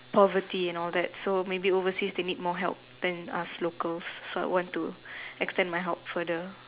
poverty and all that so maybe overseas they need more help than us locals so I want to extend my help further